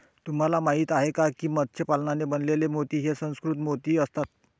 तुम्हाला माहिती आहे का की मत्स्य पालनाने बनवलेले मोती हे सुसंस्कृत मोती असतात